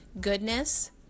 Goodness